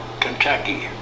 Kentucky